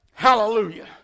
Hallelujah